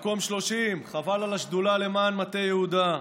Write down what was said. מקום 30, חבל על השדולה למען מטה יהודה,